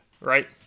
right